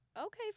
okay